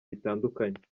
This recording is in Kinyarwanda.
bitandukanye